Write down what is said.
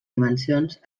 dimensions